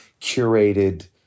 curated